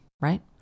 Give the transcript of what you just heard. Right